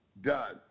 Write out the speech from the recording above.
done